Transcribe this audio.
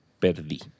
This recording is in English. perdí